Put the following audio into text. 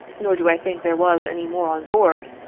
nor do i think there was any more on board,